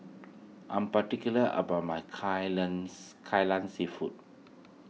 I'm particular about my Kai Kai Lan Seafood